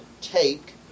take